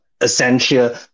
essential